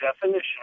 definition